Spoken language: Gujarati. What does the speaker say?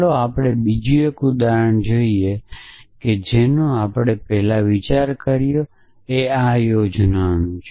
ચાલો આપણે બીજું એક ઉદાહરણ જોઈએ જેનો આપણે પહેલાં વિચાર કર્યો છે જે યોજનાનું છે